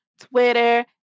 Twitter